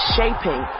Shaping